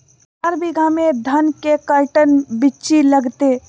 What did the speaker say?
चार बीघा में धन के कर्टन बिच्ची लगतै?